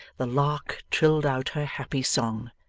the lark trilled out her happy song.